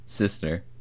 sister